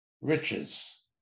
riches